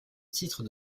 titre